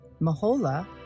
Mahola